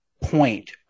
point